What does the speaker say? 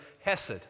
hesed